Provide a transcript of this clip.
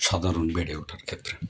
সাধারণ বেড়ে ওঠার ক্ষেত্রে